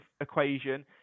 equation